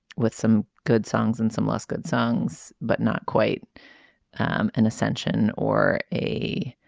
with some good songs and some less good songs but not quite an ascension or a